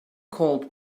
called